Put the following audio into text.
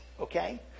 okay